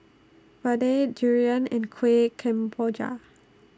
Vadai Durian and Kuih Kemboja